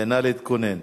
נא להתכונן.